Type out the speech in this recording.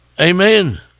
Amen